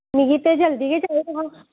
मिगी ते जल्दी गै चाहिदा हा